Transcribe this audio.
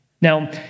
Now